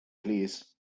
plîs